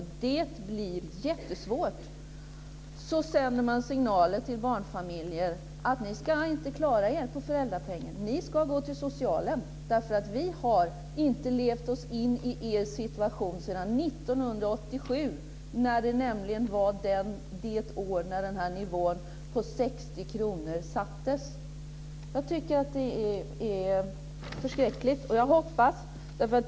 Samtidigt sänder man signaler till barnfamiljer om att de inte ska klara sig på föräldrapenningen. De ska gå till det sociala. Vi har inte levt oss in i deras situation sedan 1987 då nivån på 60 kr fastställdes. Jag tycker att det är förskräckligt.